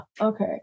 Okay